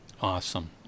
Awesome